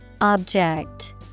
Object